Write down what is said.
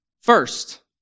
first